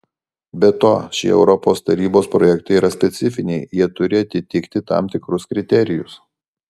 be to šie europos tarybos projektai yra specifiniai jie turi atitikti tam tikrus kriterijus